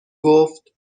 گفت